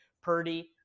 Purdy